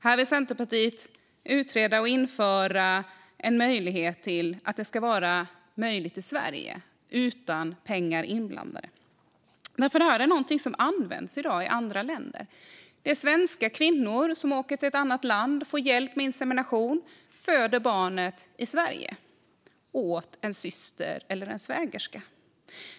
Här vill Centerpartiet utreda och införa denna möjlighet i Sverige, utan pengar inblandade. Det här är någonting som görs i andra länder i dag. Svenska kvinnor åker till ett annat land, får hjälp med insemination och föder sedan barnet i Sverige åt en syster eller svägerska.